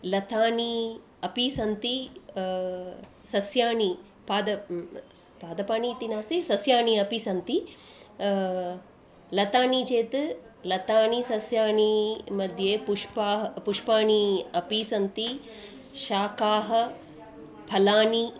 लतानि अपि सन्ति सस्यानि पाद पादपानि इति नास्ति सस्यानि अपि सन्ति लतानि चेत् लतानि सस्यानि मध्ये पुष्पाः पुष्पाणि अपि सन्ति शाकानि फलानि